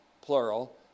plural